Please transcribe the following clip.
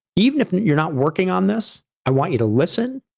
even if you're not working on this, i want you to listen.